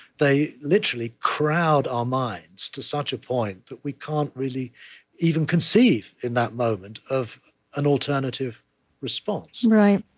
they literally crowd our minds to such a point that we can't really even conceive, in that moment, of an alternative response right.